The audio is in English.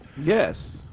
Yes